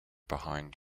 behind